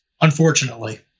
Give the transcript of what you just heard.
unfortunately